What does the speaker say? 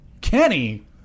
Kenny